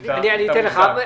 אגיד לך,